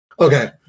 Okay